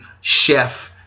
chef